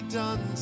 done